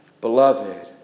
Beloved